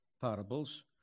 parables